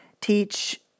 Teach –